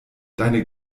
deine